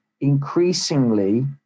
increasingly